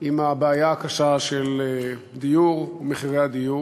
עם הבעיה הקשה של דיור, ומחירי הדיור.